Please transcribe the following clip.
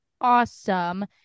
awesome